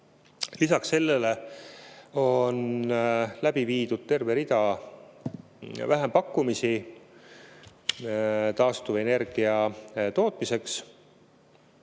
Lisaks sellele on läbi viidud terve rida vähempakkumisi taastuvenergia tootmiseks.